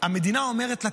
המדינה אומרת לה,